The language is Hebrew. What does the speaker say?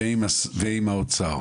ועם האוצר.